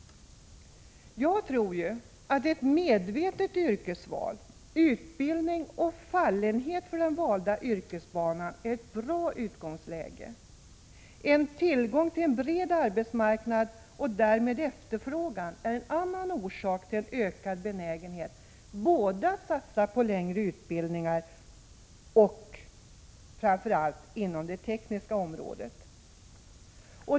Jag tror att ett medvetet yrkesval, utbildning och fallenhet för den valda yrkesbanan är ett bra utgångsläge. Tillgång till en bred arbetsmarknad och därmed efterfrågan är en annan orsak till en ökad benägenhet att satsa på längre utbildning, framför allt inom det tekniska området.